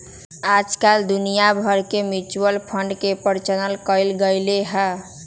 आजकल दुनिया भर में म्यूचुअल फंड के प्रचलन कइल गयले है